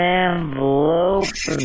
envelope